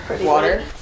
Water